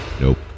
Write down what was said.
Nope